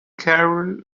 carol